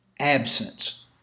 absence